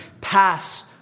pass